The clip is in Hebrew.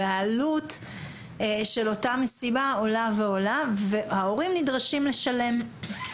והעלות של אותה מסיבה עולה ועולה וההורים נדרשים לשלם.